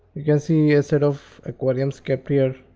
you can see a set of aquariums kept here